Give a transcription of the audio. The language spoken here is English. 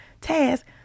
task